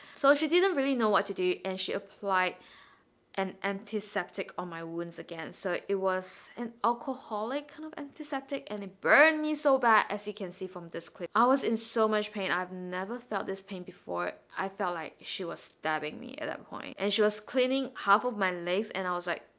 so she didn't really know what to do and she applied an antiseptic on my wounds again, so it was an alcoholic kind of antiseptic and it burned me so bad as you can see from this clip. i was in so much pain i've never felt this pain before, i felt like she was stabbing me at that point and she was cleaning half of my legs and i was like,